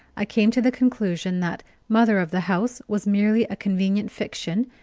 i came to the conclusion that mother of the house was merely a convenient fiction,